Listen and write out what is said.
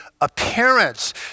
appearance